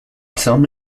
some